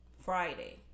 Friday